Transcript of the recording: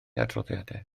adroddiadau